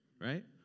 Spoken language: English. right